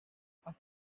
asking